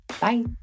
Bye